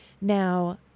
Now